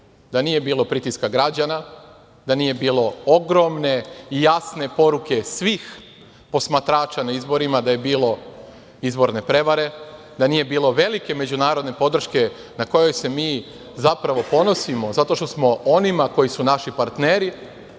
da nije bilo pritiska građana, da nije bilo ogromne i jasne poruke svih posmatrača na izborima da je bilo izborne prevare, da nije bilo velike međunarodne podrške na kojoj se mi zapravo ponosimo, zato što smo onima koji su naši partneri,